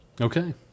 Okay